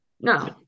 No